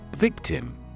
Victim